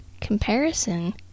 Comparison